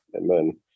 Amen